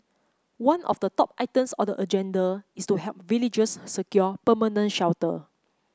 one of the top items on the agenda is to help villagers secure permanent shelter